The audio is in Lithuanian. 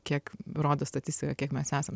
kiek rodo statistika kiek mes esam